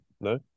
no